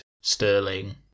Sterling